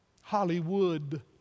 Hollywood